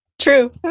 True